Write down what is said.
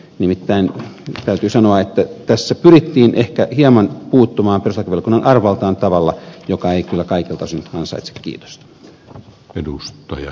nimittäin täytyy sanoa että tässä pyrittiin ehkä hieman puuttumaan perustuslakivaliokunnan arvovaltaan tavalla joka ei kyllä kaikilta osin ansaitse kiitosta